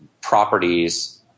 properties